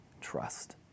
trust